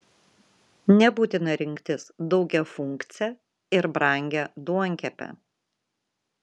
nebūtina rinktis daugiafunkcę ir brangią duonkepę